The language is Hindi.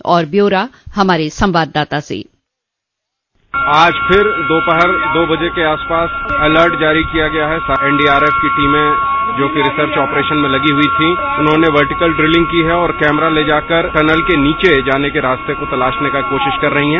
और ब्यौरा हमारे संवाददाता से आज फिर दोपहर दो बजे के आसपास अलर्ट जारी किया गया है एनडीआरएफ की टीमें जो कि रिसर्च ऑपरेशन में लगी हुई थीं उन्होंने वर्टीकल ड्रीलिंग की है और कैमरा ले जाकर टनल के नीचे जाने के रास्ते को तलाशने की कोशिश कर रही हैं